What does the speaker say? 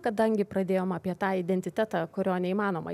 kadangi pradėjom apie tą identitetą kurio neįmanoma